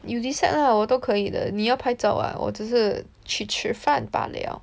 you decide lah 我都可以的你要拍照啊我只是去吃饭吧了